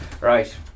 Right